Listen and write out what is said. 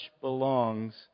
belongs